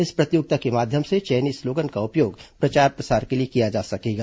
इस प्रतियोगिता के माध्यम से चयनित स्लोगन का उपयोग प्रचार प्रसार के लिए किया जा सकेगा